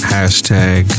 Hashtag